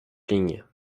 lignes